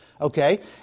okay